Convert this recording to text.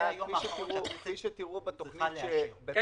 זה היום האחרון שהכנסת צריכה לאשר.